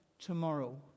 tomorrow